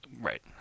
Right